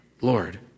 Lord